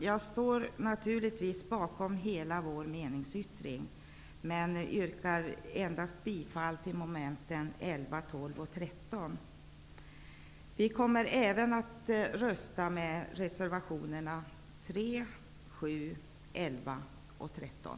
Jag står naturligtvis bakom hela vår meningsyttring men yrkar bifall endast till mom. 11, 12 och 13. Vi kommer att rösta också för reservationerna 3, 7, 11 och 13.